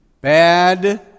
bad